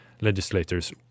legislators